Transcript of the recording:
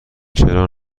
چرا